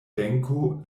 benko